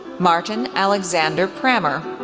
martin alexander prammer,